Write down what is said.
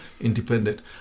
independent